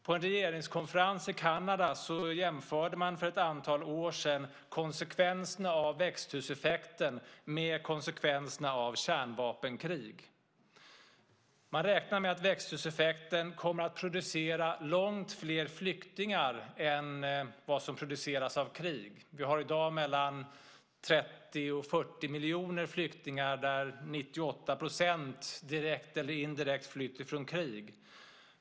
På en regeringskonferens i Kanada för ett antal år sedan jämförde man konsekvenserna av växthuseffekten med konsekvenserna av kärnvapenkrig. Man räknar med att växthuseffekten kommer att producera långt fler flyktingar än vad som produceras av krig. Vi har i dag mellan 30 och 40 miljoner flyktingar, varav 98 % direkt eller indirekt flytt från krig.